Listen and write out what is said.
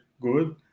good